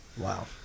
Wow